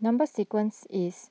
Number Sequence is